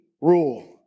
rule